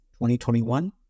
2021